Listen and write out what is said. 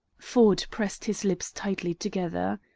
ford pressed his lips tightly together.